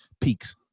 Peaks